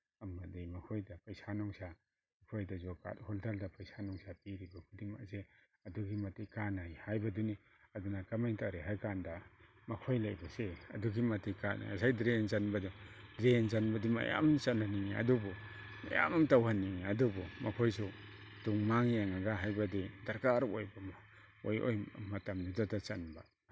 ꯑꯃꯗꯤ ꯃꯈꯣꯏꯗ ꯄꯩꯁꯥ ꯅꯨꯡꯁꯥ ꯑꯩꯈꯣꯏꯗꯁꯨ ꯀꯥꯔꯠ ꯍꯣꯜꯗꯔꯗ ꯄꯩꯁꯥ ꯅꯨꯡꯁꯥ ꯄꯤꯔꯤꯕ ꯈꯨꯗꯤꯡꯃꯛ ꯑꯁꯦ ꯑꯗꯨꯛꯀꯤ ꯃꯇꯤꯛ ꯀꯥꯟꯅꯩ ꯍꯥꯏꯕꯗꯨꯅꯤ ꯑꯗꯨꯅ ꯀꯃꯥꯏꯅ ꯇꯧꯔꯦ ꯍꯥꯏ ꯀꯥꯟꯗ ꯃꯈꯣꯏ ꯂꯩꯕꯁꯦ ꯑꯗꯨꯛꯀꯤ ꯃꯇꯤꯛ ꯀꯥꯟꯅꯩ ꯉꯁꯥꯏ ꯗ꯭ꯔꯦꯟ ꯆꯟꯕꯗꯣ ꯗ꯭ꯔꯦꯟ ꯆꯟꯕꯗꯤ ꯃꯌꯥꯝ ꯆꯜꯍꯟꯅꯤꯡꯉꯦ ꯑꯗꯨꯕꯨ ꯃꯌꯥꯝ ꯑꯃ ꯇꯧꯍꯟꯅꯤꯡꯉꯦ ꯑꯗꯕꯨ ꯃꯈꯣꯏꯁꯨ ꯇꯨꯡ ꯃꯥꯡ ꯌꯦꯡꯉꯒ ꯍꯥꯏꯕꯗꯤ ꯗꯔꯀꯥꯔ ꯑꯣꯏꯕ ꯑꯣꯏ ꯑꯣꯏꯕ ꯃꯇꯝꯗꯨꯗ ꯆꯟꯕ